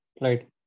right